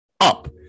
up